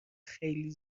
خیلی